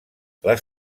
les